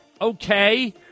Okay